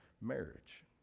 marriage